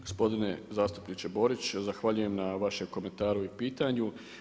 Gospodine zastupniče Borić, zahvaljujem na vašem komentaru i pitanju.